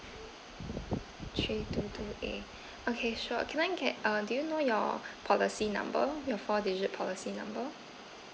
three two two eight okay sure can I get uh do you know your policy number your four digit policy number